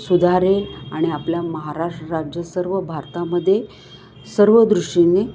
सुधारेल आणि आपल्या महाराष्ट्र राज्य सर्व भारतामध्ये सर्व दृष्टीने